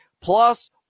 Plus